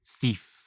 thief